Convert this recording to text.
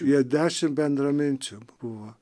jie dešimt bendraminčių buvo